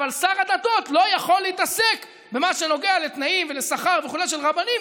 אבל שר הדתות לא יכול להתעסק במה שנוגע לתנאים ולשכר וכולי של רבנים,